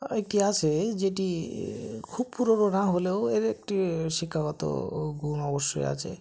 একটি আছে যেটি খুব পুরোনো না হলেও এর একটি শিক্ষাগত গুণ অবশ্যই আছে